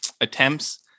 attempts